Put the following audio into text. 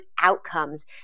outcomes